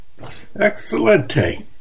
Excellente